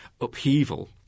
upheaval